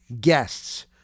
guests